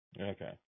Okay